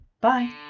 Bye